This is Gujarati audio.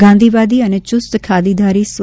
ગાંધીવાદી અને ચુસ્ત ખાદીધારી સ્વ